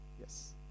Yes